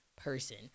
person